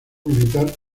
militar